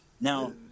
Now